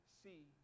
see